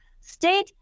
State